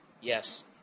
Yes